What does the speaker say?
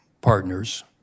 partners